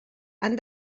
han